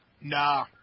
Nah